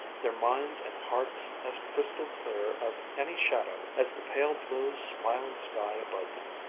their minds and hearts as crystal-clear of any shadow as the pale-blue, smiling sky above them.